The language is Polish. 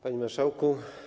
Panie Marszałku!